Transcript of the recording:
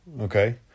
Okay